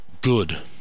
good